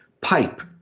pipe